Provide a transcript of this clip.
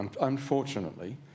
Unfortunately